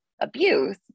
abuse